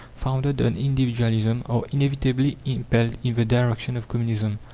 founded on individualism, are inevitably impelled in the direction of communism.